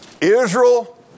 Israel